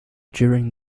during